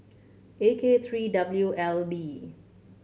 A K three W L B